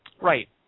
right